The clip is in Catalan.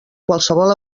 qualsevol